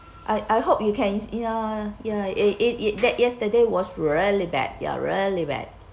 I I hope you can ya ya it it it that yesterday was really bad they're really bad